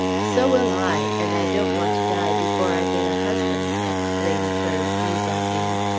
so will i! and i don't want to die before i get a husband! exclaimed her vis-a-vis.